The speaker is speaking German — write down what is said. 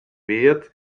wert